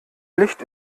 licht